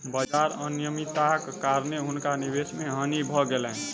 बाजार अनियमित्ताक कारणेँ हुनका निवेश मे हानि भ गेलैन